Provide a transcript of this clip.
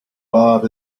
bob